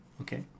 Okay